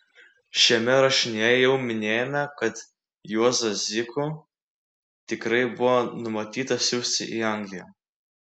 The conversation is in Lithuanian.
šiame rašinyje jau minėjome kad juozą zykų tikrai buvo numatyta siųsti į angliją